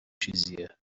چیزیه